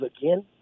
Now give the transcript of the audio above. again